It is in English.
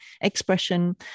expression